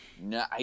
No